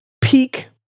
peak